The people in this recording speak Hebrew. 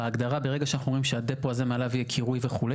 בהגדרה ברגע שאנחנו אומרים שהדפו הזה מעליו יהיה קירוי וכו',